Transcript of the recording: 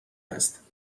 است